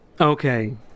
Okay